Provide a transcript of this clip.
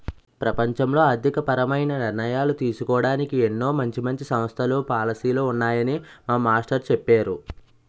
ప్రపంచంలో ఆర్థికపరమైన నిర్ణయాలు తీసుకోడానికి ఎన్నో మంచి మంచి సంస్థలు, పాలసీలు ఉన్నాయని మా మాస్టారు చెప్పేరు